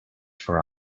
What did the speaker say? for